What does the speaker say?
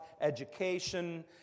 education